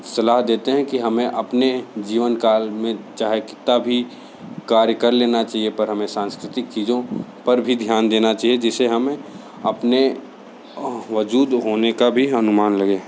सलाह देते हैं कि हमें अपने जीवन काल में चाहें कितना भी कार्य कर लेना चाहिए पर हमें सांस्कृतिक चीज़ों पर भी ध्यान देना चाहिए जिससे हमें अपने वजूद होने का भी अनुमान लगे